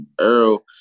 Earl